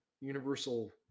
universal